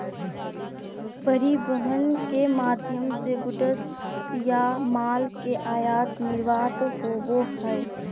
परिवहन के माध्यम से गुड्स या माल के आयात निर्यात होबो हय